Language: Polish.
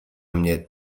mnie